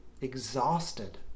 exhausted